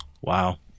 Wow